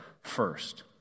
first